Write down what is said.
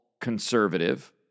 conservative